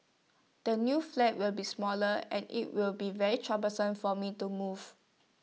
the new flat will be smaller and IT will be very troublesome for me to move